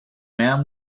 man